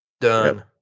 Done